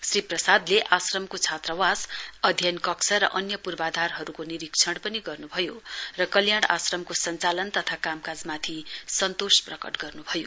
श्री प्रसादले आश्रामको छात्रवास अध्ययन कक्ष र अन्य पूर्वाधारहरुको निरीक्षण पनि गर्नुभयो र कल्याण आश्रामको संचालन तथा कामकाजमाथि सन्तोष प्रकट गर्न्भयो